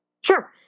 Sure